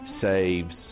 saves